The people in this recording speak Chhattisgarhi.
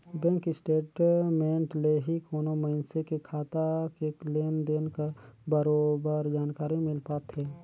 बेंक स्टेट मेंट ले ही कोनो मइनसे के खाता के लेन देन कर बरोबर जानकारी मिल पाथे